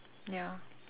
ya